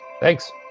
Thanks